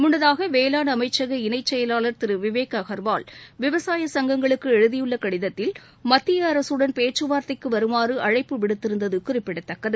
முன்னதாக வேளான் அமைச்சக இணைச் செயலாளர் திரு விவேக் அகர்வால் விவசாய சங்கங்களுக்கு எழுதியுள்ள கடிதத்தில் மத்திய அரசுடன் பேச்சு வார்த்தைக்கு வருமாறு அழைப்பு விடுத்திருந்தது குறிப்பிடத்தக்கது